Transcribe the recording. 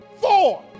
four